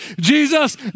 Jesus